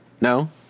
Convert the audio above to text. No